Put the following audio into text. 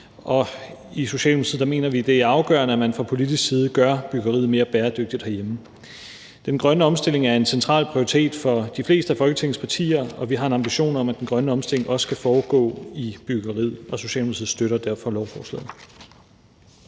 og i Socialdemokratiet mener vi, at det er afgørende, at man fra politisk side gør byggeriet mere bæredygtigt herhjemme. Den grønne omstilling er en central prioritet for de fleste af Folketingets partier, og vi har en ambition om, at den grønne omstilling også skal foregå i byggeriet. Socialdemokratiet støtter derfor lovforslaget.